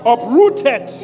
Uprooted